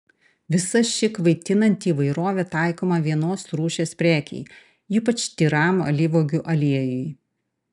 visa ši kvaitinanti įvairovė taikoma vienos rūšies prekei ypač tyram alyvuogių aliejui